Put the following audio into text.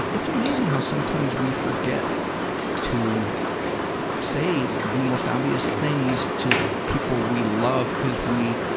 it's amazing how sometimes we forget to say the most obvious things to people we love because we,